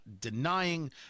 denying